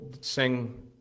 sing